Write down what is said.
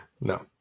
No